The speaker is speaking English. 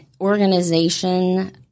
organization